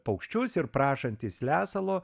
paukščius ir prašantys lesalo